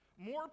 More